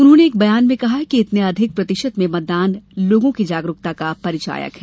उन्होंने एक बयान में कहा कि इतने अधिक प्रतिशत में मतदान लोगों की जागरूकता का परिचायक है